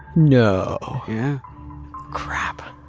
no. yeah crap.